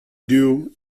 due